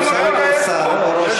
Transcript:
מטעם הקואליציה, צריך להיות שר או ראש